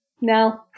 No